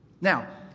Now